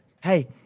hey